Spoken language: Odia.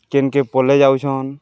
କେନ୍କେ ପଲେଇ ଯାଉଛନ୍